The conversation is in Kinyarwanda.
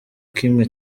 kimwe